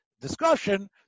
discussion